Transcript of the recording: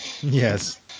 Yes